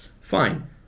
fine